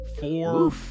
four